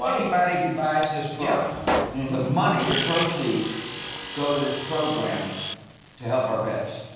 anybody who buys this book the money, the proceeds go to this program to help our vets.